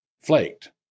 flaked